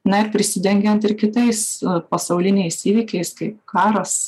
na ir prisidengiant ir kitais pasauliniais įvykiais kaip karas